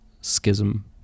schism